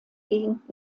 gegend